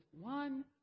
one